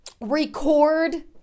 record